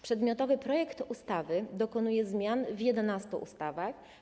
Przedmiotowy projekt ustawy dokonuje zmian w 11 ustawach.